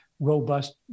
robust